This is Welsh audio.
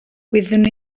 wyddwn